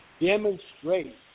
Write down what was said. demonstrate